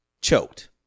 choked